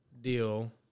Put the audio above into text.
deal